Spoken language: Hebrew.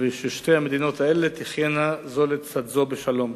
וששתי המדינות האלה תחיינה זו לצד זו בשלום.